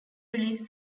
release